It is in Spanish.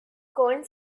cohen